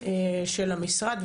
של המשרד,